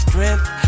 Strength